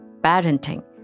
Parenting